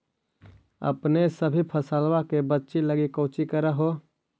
अपने सभी फसलबा के बच्बे लगी कौची कर हो?